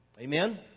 Amen